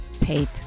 paid